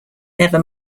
never